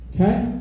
Okay